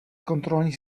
kontrolní